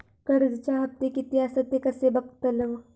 कर्जच्या हप्ते किती आसत ते कसे बगतलव?